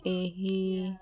ଏହି